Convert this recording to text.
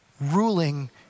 ruling